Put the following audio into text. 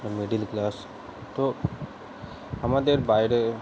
middle class তো আমাদের বাইরে